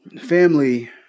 family